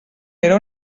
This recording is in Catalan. era